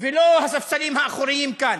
ולא הספסלים האחוריים כאן,